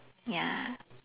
ya